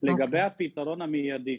לגבי הפתרון המיידי,